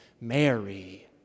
Mary